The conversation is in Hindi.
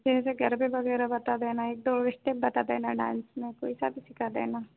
से गरबे बगैरह बात देना एक दो अस्टेप बता देना डांस में कोई सा भी सीखा देना